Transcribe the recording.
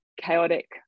chaotic